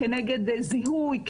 כנגד זיהוי,